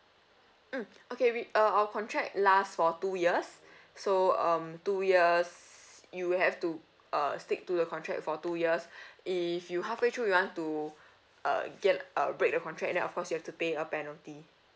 mm okay we uh our contract lasts for two years so um two years you will have to uh stick to the contract for two years if you halfway through you want to uh get uh break the contract then of course you have to pay a penalty